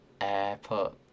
airport